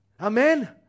Amen